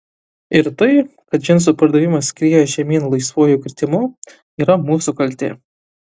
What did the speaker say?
ir tai kad džinsų pardavimas skrieja žemyn laisvuoju kritimu yra mūsų kaltė